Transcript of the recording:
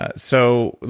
ah so,